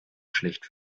schlecht